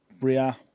Bria